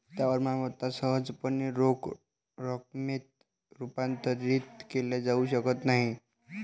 स्थावर मालमत्ता सहजपणे रोख रकमेत रूपांतरित केल्या जाऊ शकत नाहीत